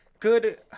Good